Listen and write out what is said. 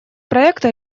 проекта